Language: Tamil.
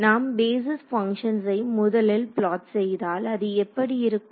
நாம் பேஸிஸ் பங்க்ஷன்ஸை முதலில் பிளாட் செய்தால் அது எப்படி இருக்கும்